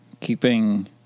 keeping